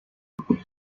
icara